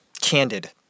candid